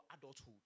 adulthood